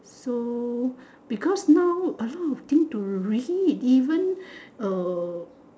so because now a lot of thing to read even uh